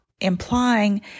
implying